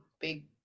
big